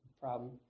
problem